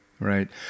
Right